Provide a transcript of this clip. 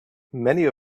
many